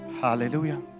Hallelujah